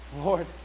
Lord